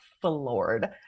floored